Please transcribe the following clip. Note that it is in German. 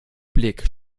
blick